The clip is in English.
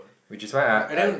which is why !huh! I